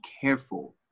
careful